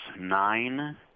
nine